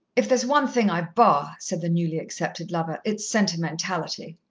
if there's one thing i bar, said the newly-accepted lover, it's sentimentality.